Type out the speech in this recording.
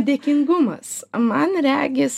dėkingumas man regis